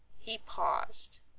he paused.